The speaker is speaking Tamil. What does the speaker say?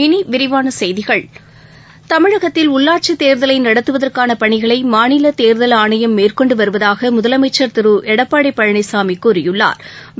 இனிவிரிவானசெய்திகள் தமிழகத்தில் உள்ளாட்சிதேர்தலைநடத்துவதற்கானபணிகளைமாநிலதேர்தல் ஆணைம் மேற்கொண்டுவருவதாகமுதலமைச்சா் திருஎடப்பாடிபழனிசாமிகூறியுள்ளாா்